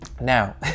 now